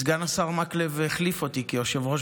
סגן השר מקלב החליף אותי כיושב-ראש